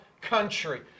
country